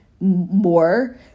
more